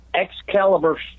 Excalibur